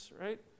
right